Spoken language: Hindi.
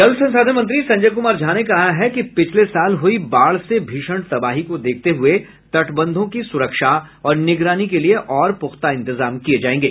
जल संसाधन मंत्री संजय कुमार झा ने कहा है कि पिछले साल हुई बाढ़ से भीषण तबाही को देखते हुए तटबंधों की सुरक्षा और निगरानी के लिए और पुख्ता इंतजाम किये जायेंगे